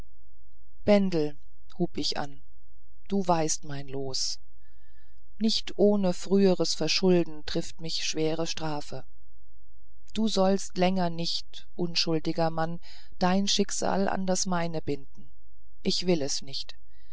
bendel hub ich an du weißt mein los nicht ohne früheres verschulden trifft mich schwere strafe du sollst länger nicht unschuldiger mann dein schicksal an das meine binden ich will es nicht